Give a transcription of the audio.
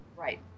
Right